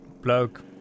Bloke